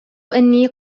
أني